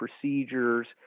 procedures